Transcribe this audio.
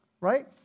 Right